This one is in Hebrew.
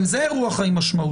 גם זה אירוע חיים משמעותי,